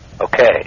Okay